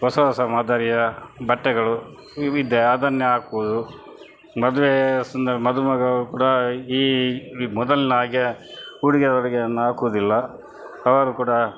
ಹೊಸ ಹೊಸ ಮಾದರಿಯ ಬಟ್ಟೆಗಳು ವಿವಿಧ ಅದನ್ನೇ ಹಾಕುವುದು ಮದುವೆ ಸಂದರ್ಭ ಮದುಮಗಳು ಕೂಡ ಈ ಮೊದಲಿನ್ಹಾಗೆ ಉಡುಗೆ ತೊಡುಗೆಯನ್ನು ಹಾಕುವುದಿಲ್ಲ ಅವರೂ ಕೂಡ